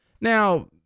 Now